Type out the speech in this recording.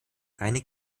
reine